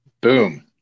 Boom